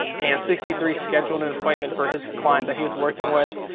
and sixty three scheduled an appointment for his client that he was working with.